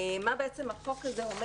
מה החוק הזה אומר?